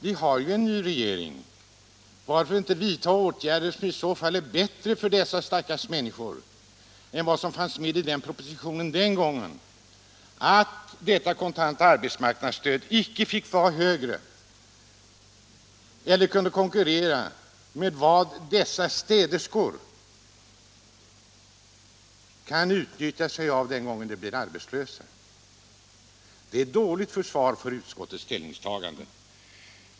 Vi har ju NU SeR ny regering Varför då inte vidta åtgärder Tisdagen den som för dessa diskriminerade människor är bättre än de som föreslogs 14 december 1976 i propositionen den gången och som innebar att det kontanta arbetsmarknadsstödet icke fick vara så högt att dessa städerskor skulle få en — Kontant arbetshögre ersättning än vad som utgår i arbetslöshetsunderstöd? Det är ett — marknadsstöd dåligt försvar för utskottets ställningstagande.